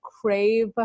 crave